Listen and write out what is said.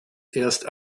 erst